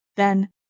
then,